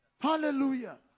Hallelujah